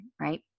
right